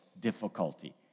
difficulty